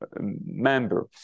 member